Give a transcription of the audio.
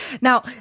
Now